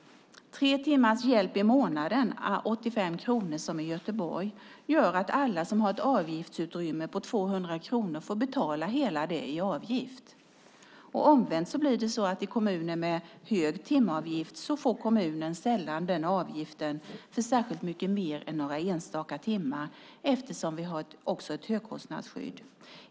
Tre timmars hjälp i månaden à 85 kronor, som i Göteborg, gör att alla som har ett avgiftsutrymme på 200 kronor får betala hela summan i avgift. Omvänt blir det så att i kommuner med hög timavgift får kommunen sällan den avgiften för särskilt mycket mer än några enstaka timmar eftersom vi även har ett högkostnadsskydd.